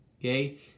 Okay